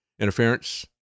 interference